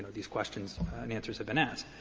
these questions and answers have been asked.